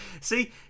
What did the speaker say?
See